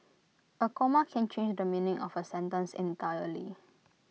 A comma can change the meaning of A sentence entirely